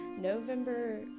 November